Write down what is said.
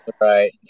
Right